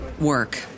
work